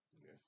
Yes